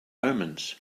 omens